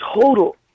total